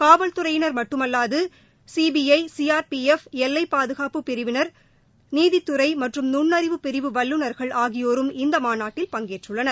காவல்துறையினர் மட்டுமல்லாது CBI CRPF எல்லை பாதுகாப்புப்படைப் பிரிவினர் நீதித்துறை மற்றும் நுண்ணறிவுப் பிரிவு வல்லுநர்கள் ஆகியோரும் இந்த மாநாட்டில் பங்கேற்றுள்ளனர்